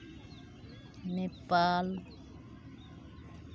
Nepal